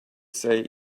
say